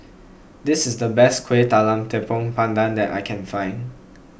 this is the best Kueh Talam Tepong Pandan that I can find